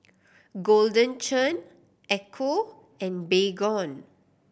Golden Churn Ecco and Baygon